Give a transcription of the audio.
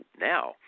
now